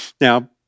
Now